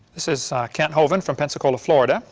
this is kent hovind from pensacola, florida.